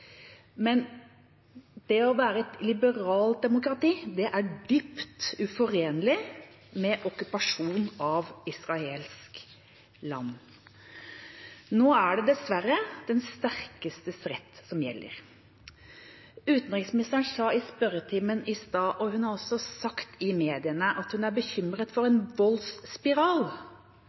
men det å være et liberalt demokrati er dypt uforenlig med okkupasjon av israelsk land. Nå er det dessverre den sterkestes rett som gjelder. Utenriksministeren sa i spørretimen i stad, og hun har også sagt i mediene, at hun er bekymret for en voldsspiral.